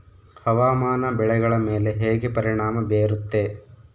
ಹವಾಮಾನ ಬೆಳೆಗಳ ಮೇಲೆ ಹೇಗೆ ಪರಿಣಾಮ ಬೇರುತ್ತೆ?